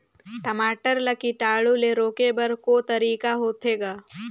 टमाटर ला कीटाणु ले रोके बर को तरीका होथे ग?